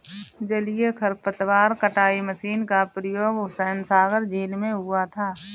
जलीय खरपतवार कटाई मशीन का प्रयोग हुसैनसागर झील में हुआ था